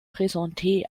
présenté